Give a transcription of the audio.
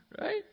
right